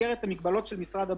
במסגרת המגבלות של משרד הבריאות.